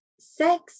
sex